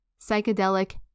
psychedelic